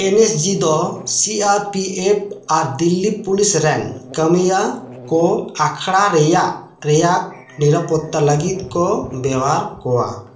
NSG ᱫᱚ C R P F Delhi ᱫᱤᱞᱞᱤ ᱯᱩᱞᱤᱥ ᱨᱮᱱ ᱠᱟᱹᱢᱤᱭᱟᱹ ᱠᱚ ᱟᱠᱷᱟᱲᱟ ᱨᱮᱭᱟᱜ ᱱᱤᱨᱟᱯᱚᱛᱛᱟ ᱞᱟᱹᱜᱤᱫ ᱠᱚ ᱵᱮᱣᱦᱟᱨ ᱠᱚᱣᱟ